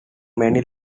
many